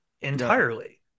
entirely